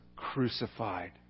crucified